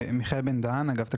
מיכאל בן דהן, אגף תקציבים.